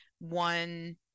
one